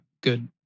good